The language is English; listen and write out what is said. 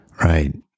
Right